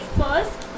first